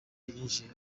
yinjiye